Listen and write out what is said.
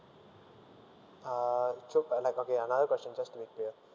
ah another question just to be clear